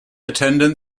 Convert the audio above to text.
attendant